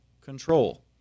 control